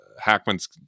hackman's